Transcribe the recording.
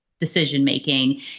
decision-making